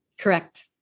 Correct